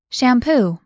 Shampoo